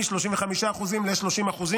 מ-35% ל-30%,